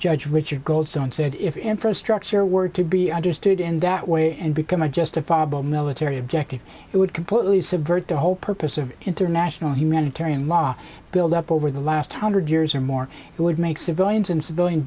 judge richard goldstone said if infrastructure were to be understood in that way and become a justifiable military objective it would completely subvert the whole purpose of international humanitarian law build up over the last hundred years or more it would make civilians in civilian